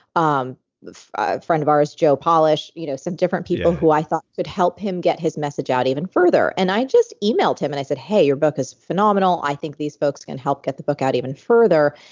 um friend of ours, joe polish, you know some different people who i thought could help him get his message out even further. and i just emailed him and i said, hey, your book is phenomenal. i think these folks can help get the book out even further.